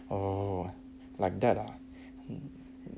oh like that ah